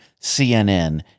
CNN